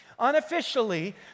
unofficially